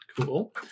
Cool